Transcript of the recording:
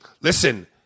Listen